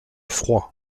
froid